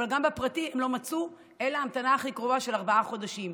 אבל גם בפרטי הם לא מצאו אלא המתנה הכי קצרה של ארבעה חודשים.